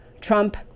Trump